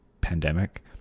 pandemic